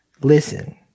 listen